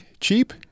cheap